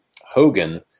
Hogan